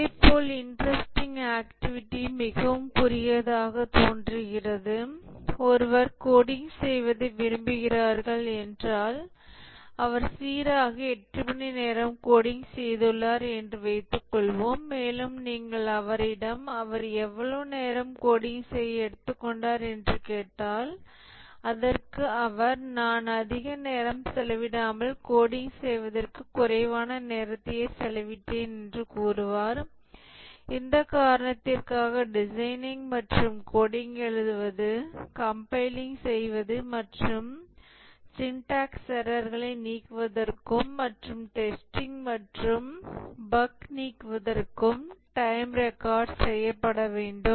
இதேபோல் interesting activity மிகவும் குறுகியதாகத் தோன்றுகிறது ஒருவர் கோடிங் செய்வதை விரும்புகிறவர்கள் என்றால் அவர் சீராக எட்டு மணிநேரம் கோடிங் செய்துள்ளார் என்று வைத்துக் கொள்வோம் மேலும் நீங்கள் அவரிடம் அவர் எவ்வளவு நேரம் கோடிங் செய்ய எடுத்துக்கொண்டார் என்று கேட்டால் அதற்கு அவர் நான் அதிக நேரம் செலவிடாமல் கோடிங் செய்வதற்கு குறைவான நேரத்தையே செலவிட்டேன் என்று கூறுவார் இந்த காரணத்திற்காக டிசைனிங் மற்றும் கோடிங் எழுதுவது கம்பைலிங் செய்வது மற்றும் சிண்டாக்ஸ் எரர்களை நீக்குவதற்கும் மற்றும் டெஸ்டிங் மற்றும் பஃக் நீக்குவதற்கும் டைம் ரெக்கார்ட் செய்யப்பட வேண்டும்